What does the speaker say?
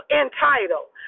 entitled